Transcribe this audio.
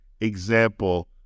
example